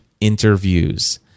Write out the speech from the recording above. Interviews